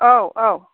औ औ